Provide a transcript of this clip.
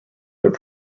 their